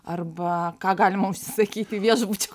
arba ką galima užsisakyti viešbučio